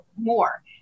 more